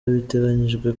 biteganyijwe